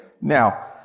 Now